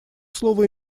слово